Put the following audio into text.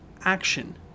action